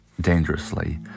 dangerously